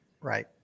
Right